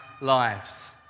lives